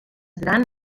gran